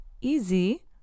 easy